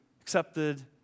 Accepted